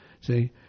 See